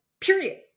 period